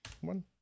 One